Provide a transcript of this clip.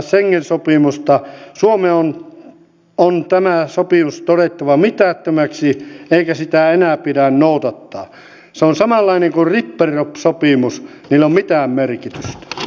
miten tätä hanketta on aikataulutettu ja millaista seurantaa tämän projektin etenemisestä meidän on samanlainen kuin että sopimus velvoittaa myrkyt